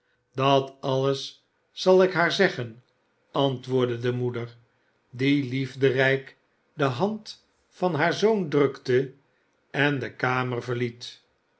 dat alles zal ik haar zeggen antwoordde de moeder die liefderijk de hand van haar zoon drukte en de kamer verliet